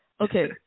Okay